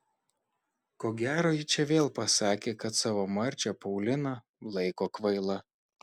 ko gero ji čia vėl pasakė kad savo marčią pauliną laiko kvaila